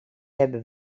hebben